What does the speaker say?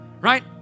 right